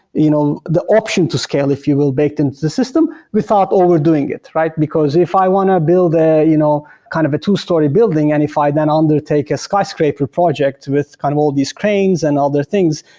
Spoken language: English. you know the option to scale if you will baked into the system. we though overdoing it, right? because if i want to build ah you know kind of a two-storey building and if i then undertake a skyscraper project with kind of all these cranes and other things,